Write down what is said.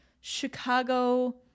Chicago